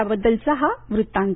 त्याबद्दलचा हा वृत्तांत